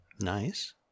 Nice